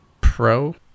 pro